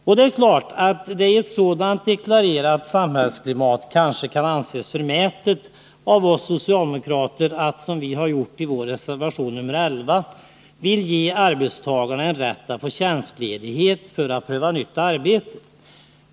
I ett sådant samhällsklimat kan det kanske anses förmätet av oss socialdemokrater att föreslå, som vi har gjort i vår reservation nr 11, att arbetstagarna skall få rätt till tjänstledighet för att pröva ett nytt arbete.